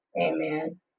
Amen